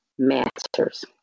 Masters